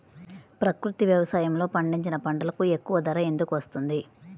ప్రకృతి వ్యవసాయములో పండించిన పంటలకు ఎక్కువ ధర ఎందుకు వస్తుంది?